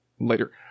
later